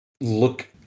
look